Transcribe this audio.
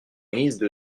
ministre